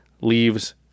leaves